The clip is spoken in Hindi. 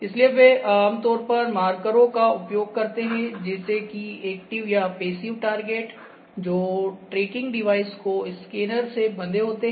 इसलिए वे आमतौर पर मार्करों का उपयोग करते हैं जैसे कि एक्टिव या पैसिव टारगेट जो ट्रैकिंग डिवाइस को स्कैनर से बंधे होते हैं